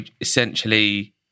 essentially